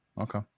Okay